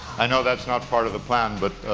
i know that's not part of the plan, but,